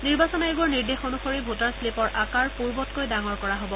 নিৰ্বাচন আয়োগৰ নিৰ্দেশ অনুসৰি ভোটাৰ শ্লিপৰ আকাৰ পূৰ্বতকৈ ডাঙৰ হ'ব